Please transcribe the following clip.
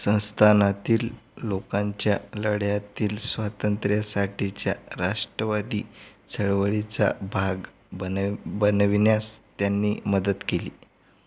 संस्थानांतील लोकांच्या लढ्यातील स्वातंत्र्यासाठीच्या राष्ट्रवादी चळवळीचा भाग बनव बनविण्यास त्यांनी मदत केली